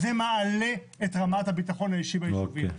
זה מעלה את רמת הביטחון האישי והיישובי.